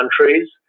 countries